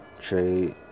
Trade